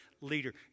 leader